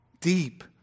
deep